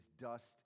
dust